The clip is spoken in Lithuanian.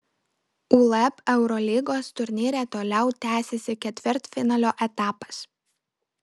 uleb eurolygos turnyre toliau tęsiasi ketvirtfinalio etapas